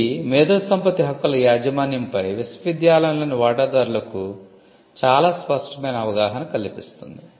ఇది మేధోసంపత్తి హక్కుల యాజమాన్యంపై విశ్వవిద్యాలయంలోని వాటాదారులకు చాలా స్పష్టమైన అవగాహన కలిగిస్తుంది